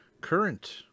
current